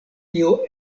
tio